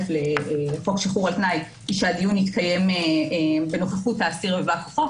לחוק שחרור על תנאי שהדיון יתקיים בנוכחות האסיר ובא כוחו,